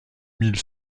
mille